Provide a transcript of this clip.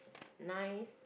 nice